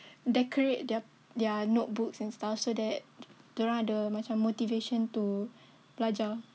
decorate their their notebooks and stuff so that diorang ada macam motivation to belajar